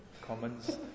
commons